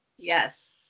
Yes